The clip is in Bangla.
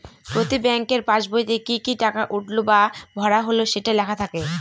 প্রতি ব্যাঙ্কের পাসবইতে কি কি টাকা উঠলো বা ভরা হল সেটা লেখা থাকে